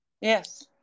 Yes